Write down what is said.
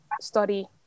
study